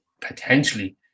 potentially